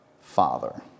Father